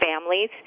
families